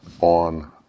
on